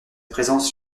présence